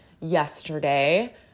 yesterday